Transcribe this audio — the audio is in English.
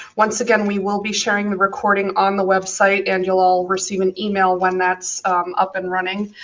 once again we will be sharing the recording on the website. and you'll all receive an email when that's up and running.